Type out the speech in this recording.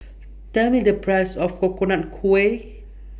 Tell Me The Price of Coconut Kuih